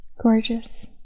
Gorgeous